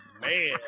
Man